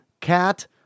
cat